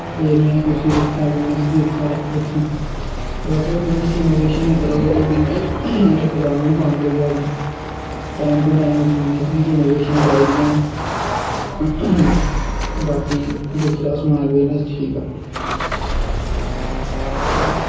एह् निं ऐ कि कुसै बिजनस गी उत्थै गै रक्खी रक्खो अगर तुस बिजनस च इनोवेशन निं करो गो ते बिजनस इक दम बंद होई जाह्ग टाईम टू टाईम बिजनस गी इनोवेशन चाहिदी ऐ बाकी दिक्खी लैओ समाल बिजनस ठीक ऐ